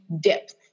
depth